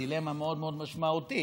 דילמה מאוד מאוד משמעותית,